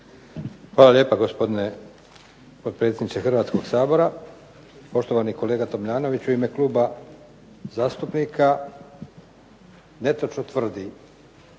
Hvala lijepa gospodine potpredsjedniče Hrvatskog sabora. Poštovani kolega Tomljanović u ime kluba zastupnika netočno tvrdi